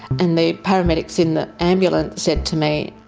and the paramedics in the ambulance said to me,